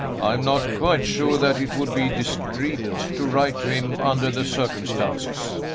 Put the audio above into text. i am not quite sure that it would be discreet to write to him, under the circumstances.